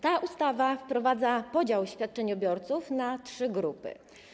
Ta ustawa wprowadza podział świadczeniobiorców na trzy grupy.